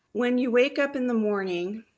when you wake up in the morning,